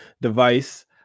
device